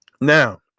Now